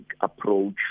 approach